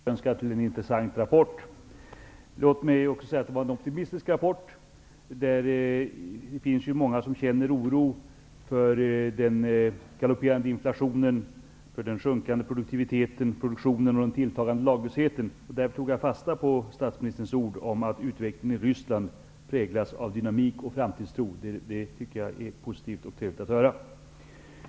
Fru talman! Eftersom statsministern blir så glad när man gratulerar honom vill jag lyckönska honom till en intressant rapport. Det var en optimistisk rapport. Det finns ju många som känner oro för den galopperande inflationen, den sjunkande produktiviteten -- produktionen -- och den tilltagande laglösheten. Därför tog jag fasta på statsministerns ord om att utvecklingen i Ryssland präglas av dynamik och framtidstro. Det är positivt och trevligt att höra.